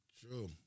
True